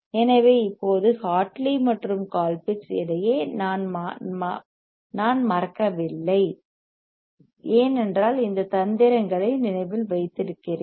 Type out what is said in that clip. எனவே இப்போது ஹார்ட்லி மற்றும் கோல்பிட்ஸ் இடையே நான் மறக்கவில்லை ஏனென்றால் இந்த தந்திரங்களை நினைவில் வைத்திருக்கிறேன்